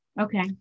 Okay